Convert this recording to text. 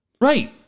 right